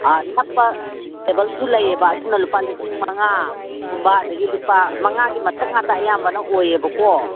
ꯅꯞꯄ ꯇꯦꯕꯜꯁꯨ ꯂꯩꯌꯦꯕ ꯑꯗꯨꯅ ꯂꯨꯄꯥ ꯂꯤꯁꯤꯡ ꯃꯉꯥꯒꯨꯝꯕ ꯑꯗꯒꯤ ꯂꯨꯄꯥ ꯃꯉꯥꯒꯤ ꯃꯊꯛ ꯉꯥꯛꯇ ꯑꯌꯥꯝꯕꯅ ꯑꯣꯏꯌꯦꯕꯀꯣ